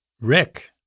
Rick